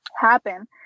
happen